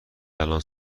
الان